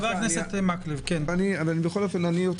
בכל אופן,